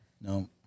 No